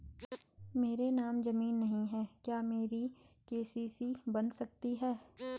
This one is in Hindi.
मेरे नाम ज़मीन नहीं है क्या मेरी के.सी.सी बन सकती है?